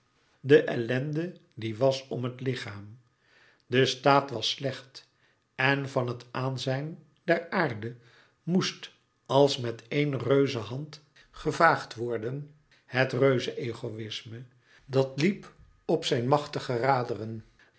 de ellende die was om het lichaam de staat was slecht en van het aanzijn der aarde moest als met éen reuzehand gevaagd worden het reuze egoïsme dat liep op zijn machtige raderen